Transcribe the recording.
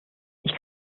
ich